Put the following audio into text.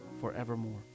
forevermore